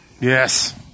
Yes